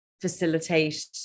facilitate